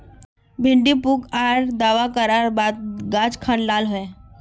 भिन्डी पुक आर दावा करार बात गाज खान लाल होए?